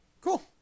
cool